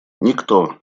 никто